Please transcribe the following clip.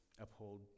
uphold